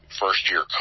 first-year